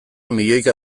milioika